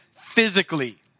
physically